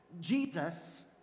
Jesus